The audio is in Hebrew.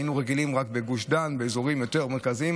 היינו רגילים רק בגוש דן, באזורים יותר מרכזיים.